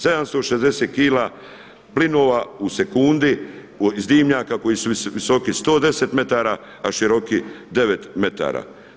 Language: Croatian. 760 kila plinova u sekundi iz dimnjaka koji su visoki 110 metara, a široki 9 metara.